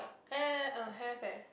have~ err have eh